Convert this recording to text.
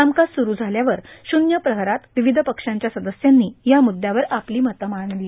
कामकाज सुरू झाल्यावर शून्यप्रहरात विविध पक्षांच्या सदस्यांनी या मुद्यावर आपली मतं मांडली